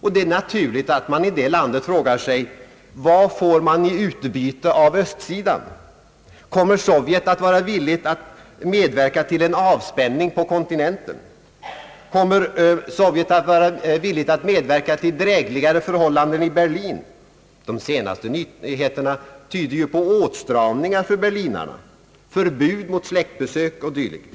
och det är naturligt att man i det landet frågar sig vad man får i utbyte av östsidan. Kommer Sovjet att vara villigt att medverka till en avspänning på kontinenten? Kommer Sovjet att vara villigt att medverka till drägligare förhållanden i Berlin? De senaste nyheterna tyder på åtstramningar för berlinarna, förbud mot släktbesök och dylikt.